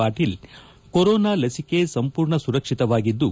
Patil corona ಲಸಿಕೆ ಸಂಪೂರ್ಣ ಸುರಕ್ಷಿತವಾಗಿದ್ದು